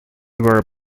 were